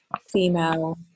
female